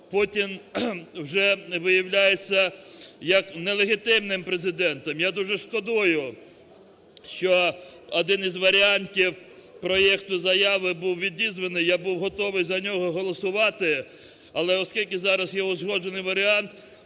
Путін вже виявляється як нелегітимним президентом. Я дуже шкодую, що один із варіантів проекту заяви був відізваний, я був готовий за нього голосувати. Але зараз є узгоджений варіант,